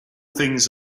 things